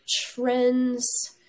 trends